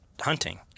hunting